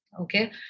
Okay